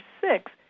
six